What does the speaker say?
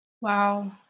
wow